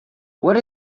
what